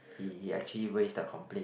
he he actually raised a complaint